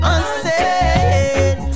Unsaid